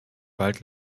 wald